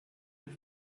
with